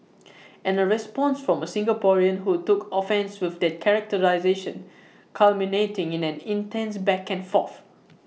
and A response from A Singaporean who took offence with that characterisation culminating in an intense back and forth